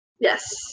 Yes